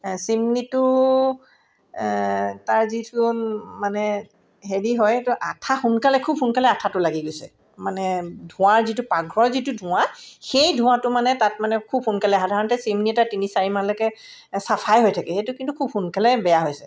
চিমনীটো তাৰ যিটো মানে হেৰি হয় এইটো আঠা সোনকালে খুব সোনকালে আঠাটো লাগি গৈছে মানে ধোঁৱাৰ যিটো পাকঘৰৰ যিটো ধোঁৱা সেই ধোঁৱাটো মানে তাত মানে খুব সোনকালে সাধাৰণতে চিমনি এটা তিনি চাৰিমাহলৈকে চাফাই হৈ থাকে সেইটো কিন্তু খুব সোনকালে বেয়া হৈছে